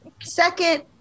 Second